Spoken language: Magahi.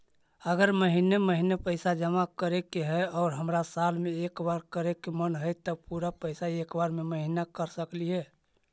अगर महिने महिने पैसा जमा करे के है और हमरा साल में एक बार करे के मन हैं तब पुरा पैसा एक बार में महिना कर सकली हे?